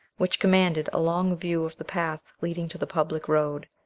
which commanded a long view of the path leading to the public road.